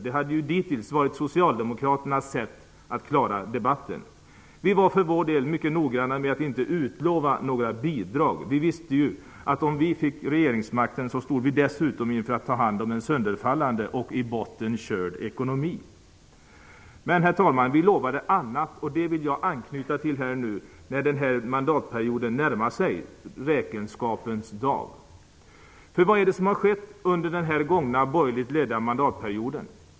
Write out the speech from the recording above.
Det hade ju dittills varit Socialdemokraternas sätt att klara debatten. Vi var för vår del mycket noggranna med att inte utlova några bidrag. Vi visste att vi, om vi fick regeringsmakten, stod inför situationen att ta hand om en sönderfallande och i botten körd ekonomi. Herr talman! Vi lovade annat. Jag vill anknyta till att vi i dag, när den här mandatperioden närmar sig sitt slut, står inför ''räkenskapens dag''. Vad är det som har skett under den gångna borgerligt ledda mandatperioden?